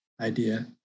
idea